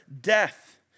death